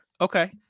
Okay